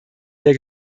der